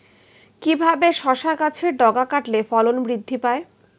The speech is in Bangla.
কিভাবে শসা গাছের ডগা কাটলে ফলন বৃদ্ধি পায়?